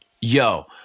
Yo